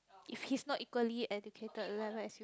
if he's not equally educated level as you